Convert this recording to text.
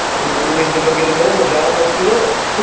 i don't see the reason to go get a normal job, let's do this.